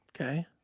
Okay